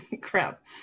crap